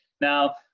Now